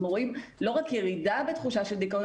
אנחנו רואים לא רק ירידה בתחושה של דיכאון,